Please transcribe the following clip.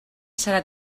serà